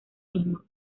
mismo